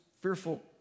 fearful